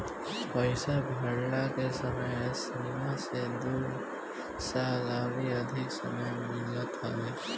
पईसा भरला के समय सीमा से दू साल अउरी अधिका समय मिलत हवे